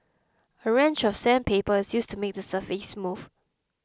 a range of sandpaper is used to make the surface smooth